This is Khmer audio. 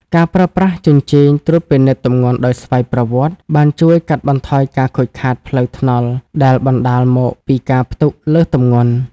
ការប្រើប្រាស់ជញ្ជីងត្រួតពិនិត្យទម្ងន់ដោយស្វ័យប្រវត្តិ បានជួយកាត់បន្ថយការខូចខាតផ្លូវថ្នល់ដែលបណ្ដាលមកពីការផ្ទុកលើសទម្ងន់។